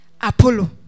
Apollo